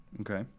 Okay